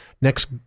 next